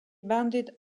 banded